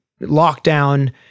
lockdown